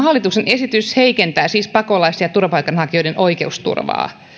hallituksen esitys heikentää siis pakolaisten ja turvapaikanhankijoiden oikeusturvaa